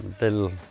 little